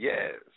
Yes